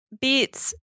beats